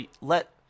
let